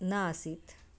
नासीत्